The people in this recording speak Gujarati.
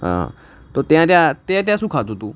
હા તો ત્યાં જા તે ત્યાં શું ખાધું હતું